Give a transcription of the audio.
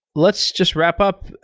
let's just wrap up.